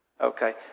Okay